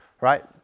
right